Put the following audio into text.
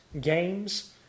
games